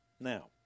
Now